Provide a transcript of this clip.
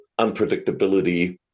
unpredictability